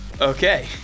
Okay